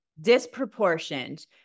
disproportioned